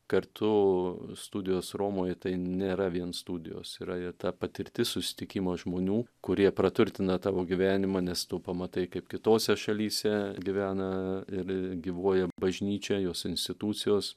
kartu studijos romoj tai nėra vien studijos yra ta patirti susitikimo žmonių kurie praturtina tavo gyvenimą nes tu pamatai kaip kitose šalyse gyvena ir gyvuoja bažnyčia jos institucijos